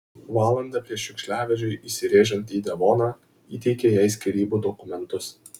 valandą prieš šiukšliavežiui įsirėžiant į devoną įteikė jai skyrybų dokumentus